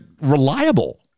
reliable